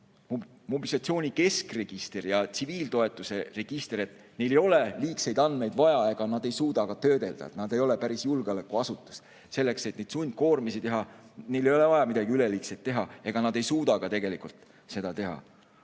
et mobilisatsiooni keskregistril ja tsiviiltoetuse registril ei ole liigseid andmeid vaja, nad ei suuda neid ka töödelda, nad ei ole päris julgeolekuasutus. Selleks, et neid sundkoormisi teha, neil ei ole vaja midagi üleliigset teha ja nad ka ei suuda seda tegelikult teha.